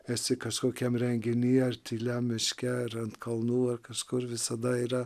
esi kažkokiam renginy ar tyliam miške ar ant kalnų ar kažkur visada yra